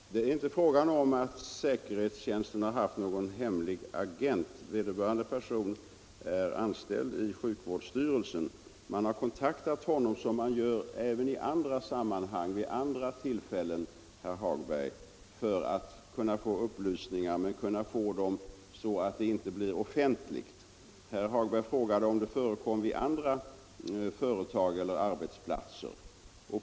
Fru talman! Det är inte fråga om att säkerhetstjänsten har haft någon hemlig agent. Vederbörande person är anställd i sjukvårdsstyrelsen. Man har kontaktat honom som man gör även i andra sammanhang och vid andra tillfällen för att få upplysningar — men få dem så att det inte blir offentligt. Herr Hagberg frågade om något liknande förekommer på andra företag och arbetsplatser.